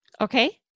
Okay